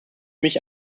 mich